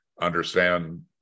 understand